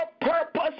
purpose